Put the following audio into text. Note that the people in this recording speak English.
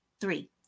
three